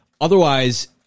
otherwise